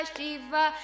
Shiva